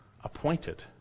appointed